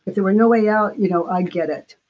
there were no way out, you know i'd get it.